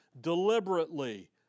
deliberately